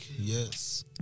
yes